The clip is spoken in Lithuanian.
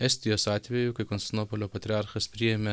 estijos atveju kai konstantinopolio patriarchas priėmė